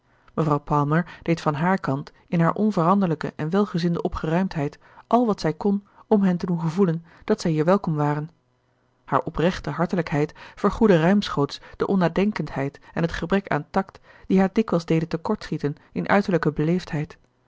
mevrouw palmer deed van haar kant in haar onveranderlijke en welgezinde opgeruimdheid al wat zij kon om hen te doen gevoelen dat zij hier welkom waren haar oprechte hartelijkheid vergoedde ruimschoots de onnadenkendheid en het gebrek aan tact die haar dikwijls deden te kort schieten in uiterlijke